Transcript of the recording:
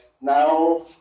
now